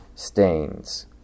stains